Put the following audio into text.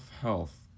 health